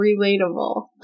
relatable